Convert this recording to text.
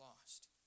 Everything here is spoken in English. lost